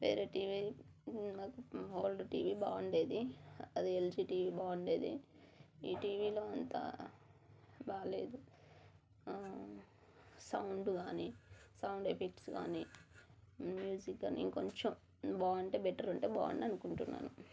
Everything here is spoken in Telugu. వేరే టీవీ ఓల్డ్ టీవీ బాగుండేది అది ఎల్జీ టీవీ బాగుండేది ఈటీవీలో అంతా బాలేదు సౌండ్ కాని సౌండ్ ఎఫెక్ట్స్ కాని మ్యూజిక్ కాని ఇంకొంచెం బాగుంటే బెటర్ ఉంటే బాగుండు అనుకుంటున్నాను